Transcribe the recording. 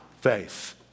faith